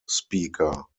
speaker